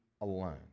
alone